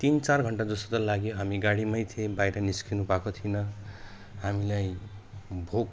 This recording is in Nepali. तिनचार घन्टा जस्तो त लाग्यो हामी गाडीमै थिएँ बाहिर निस्किनु पाएको थिएन हामीलाई भोक